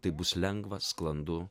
tai bus lengva sklandu